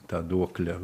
tą duoklę